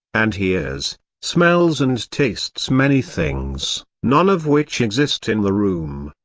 and hears, smells and tastes many things, none of which exist in the room.